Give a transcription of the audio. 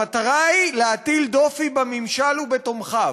המטרה היא להטיל דופי בממשל ובתומכיו.